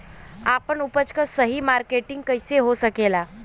आपन उपज क सही मार्केटिंग कइसे हो सकेला?